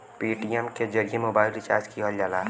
Paytm के जरिए mobile recharge किहल जाला